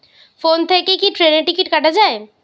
Phone থেকে কি ট্রেনের টিকিট কাটা য়ায়?